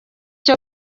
cyo